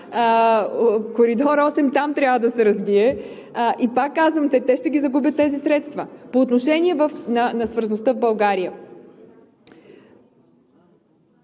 Коридор № 8 трябва да се развие там, но пак казвам, че те ще загубят тези средства. По отношение на свързаността в България